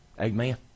Amen